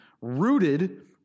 rooted